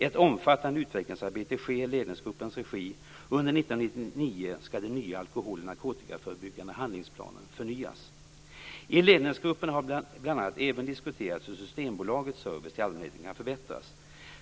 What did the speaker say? Ett omfattande utvecklingsarbete sker i ledningsgruppens regi, och under 1999 skall den nationella alkohol och narkotikaförebyggande handlingsplanen förnyas. I ledningsgruppen har bl.a. även diskuterats hur Systembolagets service till allmänheten kan förbättras.